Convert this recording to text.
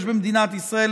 יש במדינת ישראל,